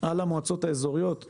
על המועצות האזוריות.